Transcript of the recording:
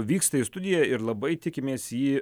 vyksta į studiją ir labai tikimės jį